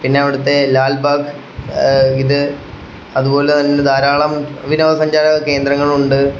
പിന്നെ അവിടുത്തെ ലാൽബാഗ് ഇത് അതുപോലെ തന്നെ ധാരാളം വിനോദസഞ്ചാര കേന്ദ്രങ്ങളുണ്ട്